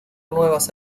nuevas